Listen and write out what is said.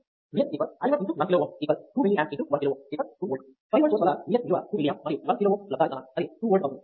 V x i 1 1 KΩ 2 mA 1 KΩ 2V 5V source వల్ల Vx విలువ 2 mA మరియు 1 KΩ లబ్దానికి సమానం అది 2V అవుతుంది